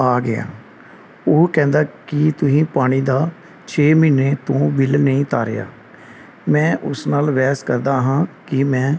ਆ ਗਿਆ ਉਹ ਕਹਿੰਦਾ ਕਿ ਤੁਸੀਂ ਪਾਣੀ ਦਾ ਛੇ ਮਹੀਨੇ ਤੋਂ ਬਿਲ ਨਹੀਂ ਤਾਰਿਆ ਮੈਂ ਉਸ ਨਾਲ ਬਹਿਸ ਕਰਦਾ ਹਾਂ ਕਿ ਮੈਂ